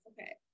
Okay